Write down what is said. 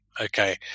Okay